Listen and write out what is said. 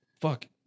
fuck